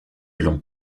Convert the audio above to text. long